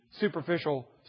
superficial